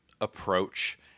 approach